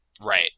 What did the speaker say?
Right